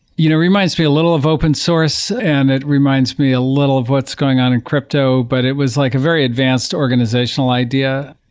you know reminds me a little of open source and it reminds me a little of what's going on in crypto, but it was like a very advanced organizational idea,